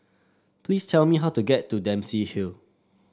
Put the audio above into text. please tell me how to get to Dempsey Hill